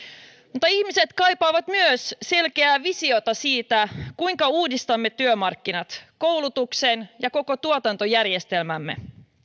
ihmiset kaipaavat myös selkeää visiota siitä kuinka uudistamme työmarkkinat koulutuksen ja koko tuotantojärjestelmämme